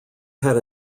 had